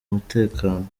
umutekano